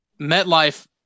MetLife